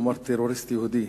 "טרוריסט יהודי",